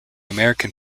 american